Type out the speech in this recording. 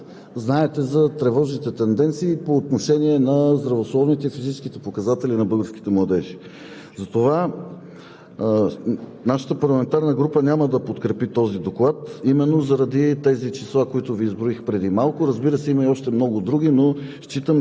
Аз затова казвам, че с общи усилия на всички в тази зала, разбира се, на хората, които са в Министерството, трябва сериозно да намалим този процент. Знаете за тревожните тенденции по отношение на здравословните и физическите показатели на българските младежи.